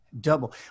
double